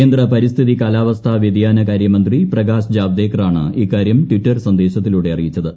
കേന്ദ്ര പരിസ്ഥിതി കാലാവസ്ഥാ വ്യതിയാന കാര്യമന്ത്രി പ്രകാശ് ജാവേദ്ക്കറാണ് ഇക്കാര്യം ട്വീറ്റർ സന്ദേശത്തിലൂടെ അറിയിച്ചത്